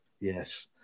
Yes